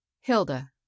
Hilda